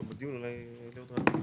אדוני היושב-ראש,